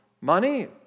money